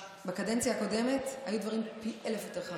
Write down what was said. בקדנציה הקודמת היו דברים פי אלף יותר חריפים,